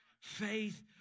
Faith